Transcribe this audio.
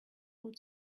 good